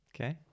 Okay